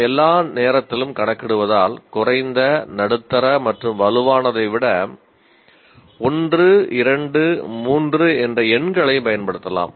நாம் எல்லா நேரத்திலும் கணக்கிடுவதால் குறைந்த நடுத்தர மற்றும் வலுவானதை விட 1 2 3 எண்களைப் பயன்படுத்தலாம்